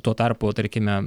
tuo tarpu tarkime